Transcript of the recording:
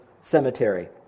cemetery